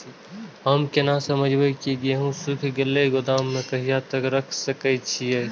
हम केना समझबे की हमर गेहूं सुख गले गोदाम में कहिया तक रख सके छिये?